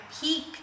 peak